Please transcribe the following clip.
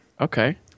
Okay